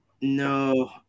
No